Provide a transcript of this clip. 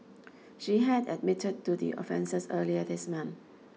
she had admitted to the offences earlier this month